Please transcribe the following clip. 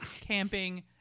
camping